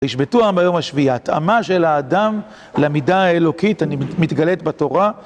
וישבתו העם ביום השביעי. ההתאמה של האדם למידה האלוקי מתגלת בתורה